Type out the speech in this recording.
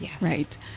right